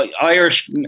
Irish